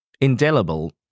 Indelible